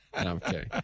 Okay